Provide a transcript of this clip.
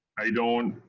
i don't